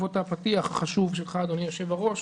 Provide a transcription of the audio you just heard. בעקבות הפתיח החשוב שלך אדוני היושב ראש.